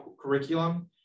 curriculum